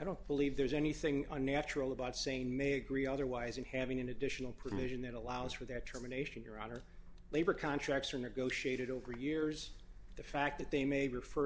i don't believe there's anything unnatural about saying they agree otherwise and having an additional provision that allows for their terminations your honor labor contracts are negotiated over the years the fact that they may refer